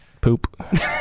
poop